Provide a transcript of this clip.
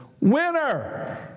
winner